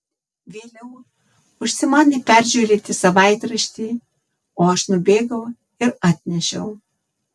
vėliau užsimanė peržiūrėti savaitraštį o aš nubėgau ir atnešiau